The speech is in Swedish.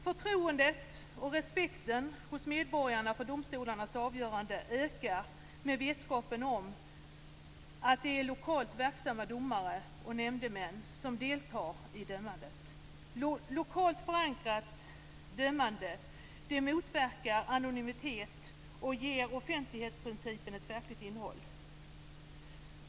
Förtroendet och respekten hos medborgarna för domstolarnas avgöranden ökar med vetskapen om att det är lokalt verksamma domare och nämndemän som deltar i dömandet. Lokalt förankrat dömande motverkar anonymitet och ger offentlighetsprincipen ett verkligt innehåll.